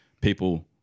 people